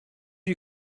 you